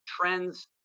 trends